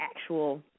actual